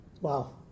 Wow